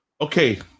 Okay